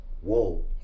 whoa